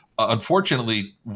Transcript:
Unfortunately